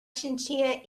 chinchilla